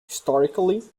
historically